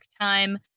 time